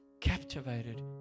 captivated